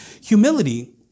Humility